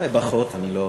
אולי פחות, אני לא